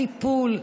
הטיפול,